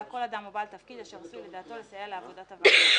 כל אדם או בעל תפקיד אשר עשוי לדעתו לסייע לעבודתה של הוועדה.